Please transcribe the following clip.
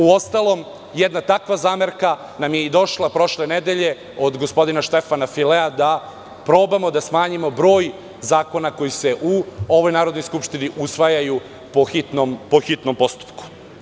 Uostalom, jedna takva zamerka nam je i došla prošle nedelje od gospodina Štefana Filea, da probamo da smanjimo broj zakona koji se u ovoj Narodnoj skupštini usvajaju po hitnom postupku.